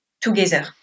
together